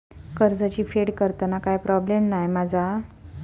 कर्जाची फेड करताना काय प्रोब्लेम नाय मा जा?